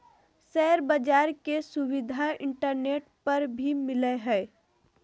share बाज़ार के सुविधा इंटरनेट पर भी मिलय हइ